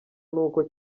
n’uko